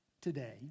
today